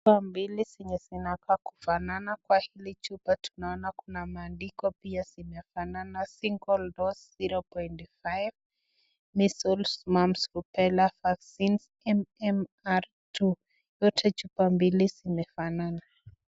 Dawa mbili zenye zinakaa kufanana kwa hili chupa tunaona kuna maandiko pia zimefanana single dose 0.5, measles, mumps, rubella vaccine MMR II yote chupa mbili zimefanana.